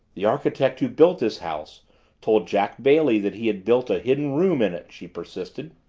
the architect who built this house told jack bailey that he had built a hidden room in it, she persisted.